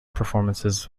performances